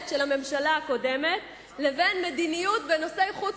של הממשלה הקודמת לבין מדיניות כושלת בנושאי חוץ